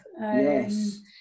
Yes